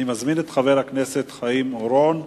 אני מזמין את חבר הכנסת חיים אורון,